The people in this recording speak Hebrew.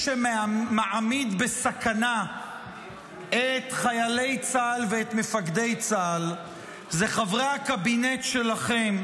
שמעמיד בסכנה את חיילי צה"ל ואת מפקדי צה"ל זה חברי הקבינט שלכם,